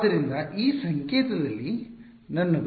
ಆದ್ದರಿಂದ ಈ ಸಂಕೇತದಲ್ಲಿ ನನ್ನದು